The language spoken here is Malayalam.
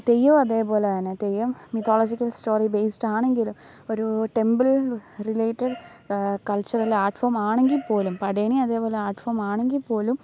തെയ്യോം അതേപോലെ തന്നെ തെയ്യം മിത്തോളജിക്കൽ സ്റ്റോറി ബേസ്ഡ് ആണെങ്കിലും ഒരൂ ടെംപിൾ റിലേറ്റഡ് കൾച്ചറല്ലെ ആർട്ട് ഫോമാണെങ്കിൽ പോലും പടയണി അതേപോലെ ആർട്ട് ഫോം ആണെങ്കിൽ പോലും